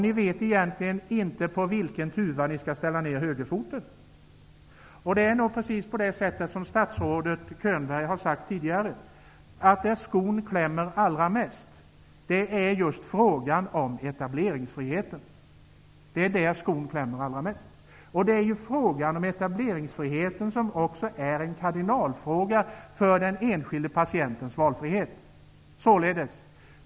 Ni vet egentligen inte på vilken tuva ni skall ställa ner högerfoten. Det är nog precis på det sättet som statsrådet Könberg tidigare har sagt, att där skon klämmer allra mest är just frågan om etableringsfriheten. Frågan om etableringsfriheten är också en kardinalfråga för den enskilde patientens valfrihet.